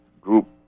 group